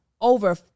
over